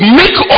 make